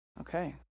Okay